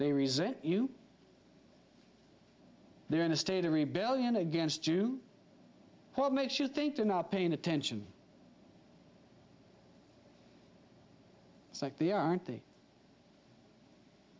they resent you they're in a state of rebellion against you what makes you think they're not paying attention